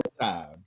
time